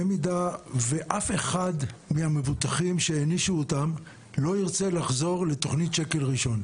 במידה שאף אחד מהמבוטחים שהענישו אותם לא ירצה לחזור לתכנית שקל ראשון,